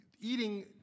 eating